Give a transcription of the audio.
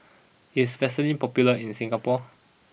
is Vaselin popular in Singapore